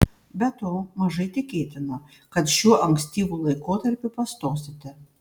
be to mažai tikėtina kad šiuo ankstyvu laikotarpiu pastosite